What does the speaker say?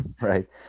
right